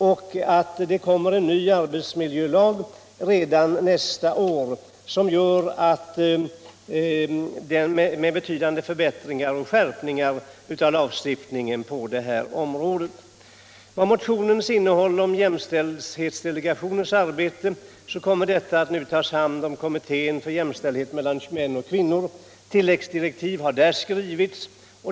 Redan — frdgor m.m. nästa år kommer dessutom en ny arbetsmiljölag, som innehåller betydande förbättringar och skärpningar av lagstiftningen på det området. Jämställdhetsdelegationens arbete kommer att övertas av kommittén för jämställdhet mellan män och kvinnor. Tilläggsdirektiv har skrivits.